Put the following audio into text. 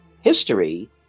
history